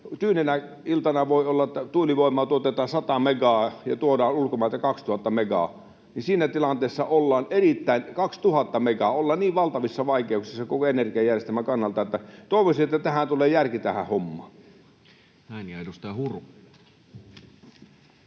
tyynenä iltana voi olla, että tuulivoimaa tuotetaan 100 megaa ja tuodaan ulkomailta 2 000 megaa, ja siinä tilanteessa, 2 000 megaa, ollaan erittäin valtavissa vaikeuksissa koko energiajärjestelmän kannalta. Toivoisin, että tähän hommaan tulee järki. Näin. — Ja edustaja Huru.